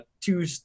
two